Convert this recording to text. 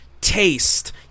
taste